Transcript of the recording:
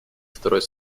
второй